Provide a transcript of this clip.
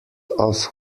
off